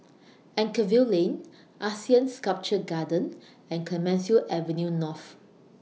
Anchorvale Lane Asean Sculpture Garden and Clemenceau Avenue North